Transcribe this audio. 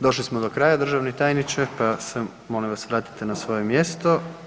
Došli smo dio kraja, državni tajniče, pa molim vas vratite se na svoje mjesto.